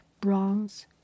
bronze